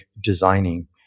designing